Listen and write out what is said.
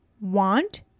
want